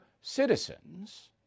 citizens